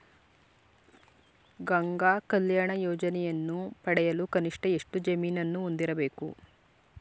ಗಂಗಾ ಕಲ್ಯಾಣ ಯೋಜನೆಯನ್ನು ಪಡೆಯಲು ಕನಿಷ್ಠ ಎಷ್ಟು ಜಮೀನನ್ನು ಹೊಂದಿರಬೇಕು?